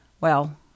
Well